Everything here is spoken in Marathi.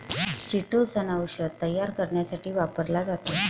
चिटोसन औषध तयार करण्यासाठी वापरला जातो